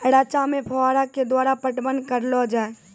रचा मे फोहारा के द्वारा पटवन करऽ लो जाय?